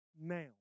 now